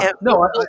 No